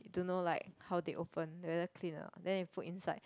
don't know like how they open whether clean or not then they put inside